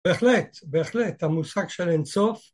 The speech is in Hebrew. בהחלט, בהחלט, המושג של אין סוף